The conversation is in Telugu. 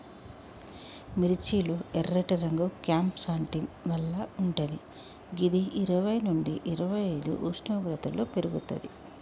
మిర్చి లో ఎర్రటి రంగు క్యాంప్సాంటిన్ వల్ల వుంటది గిది ఇరవై నుండి ఇరవైఐదు ఉష్ణోగ్రతలో పెర్గుతది